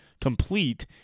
complete